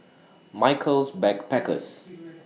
Michaels Backpackers